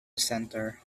center